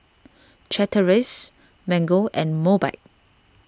Chateraise Mango and Mobike